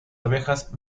abejas